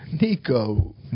Nico